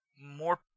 More